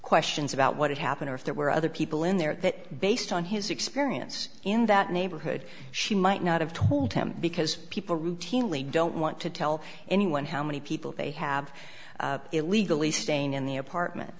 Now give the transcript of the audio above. questions about what happened or if there were other people in there that based on his experience in that neighborhood she might not have told him because people routinely don't want to tell anyone how many people they have illegally staying in the apartment